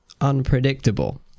unpredictable